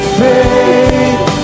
faith